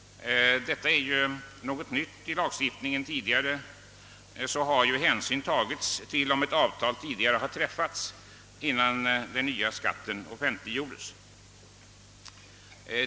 Detta är något nytt i lagstiftningen. Tidigare har hänsyn tagits till om ett avtal träffats innan den nya skatten offentliggjordes.